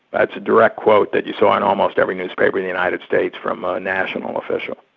that's a direct quote that you saw in almost every newspaper in the united states from a national official.